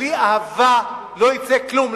שבלי אהבה לא יצא כלום.